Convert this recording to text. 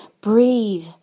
breathe